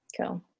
Cool